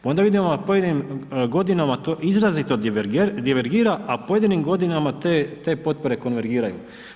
Pa onda vidimo na pojedinim godinama to izrazito divergira, a pojedinim godina te potpore konvergiraju.